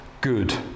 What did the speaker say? good